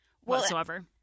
whatsoever